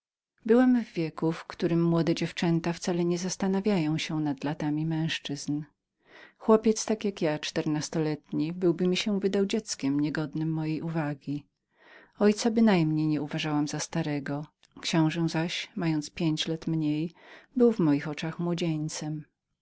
wieku w którym młode dziewczęta wcale nie zastanawiają się nad latami męzczyzn chłopiec tak jak ja czternastoletni byłby mi się wydał dzieckiem niegodnem mojej uwagi mego ojca bynajmniej nie uważałam za starego książe zaś mając pięć lat mniej był w moich oczach młodzieńcem